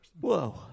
Whoa